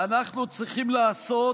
אנחנו צריכים לעשות